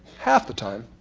half the time,